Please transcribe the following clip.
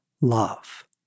Love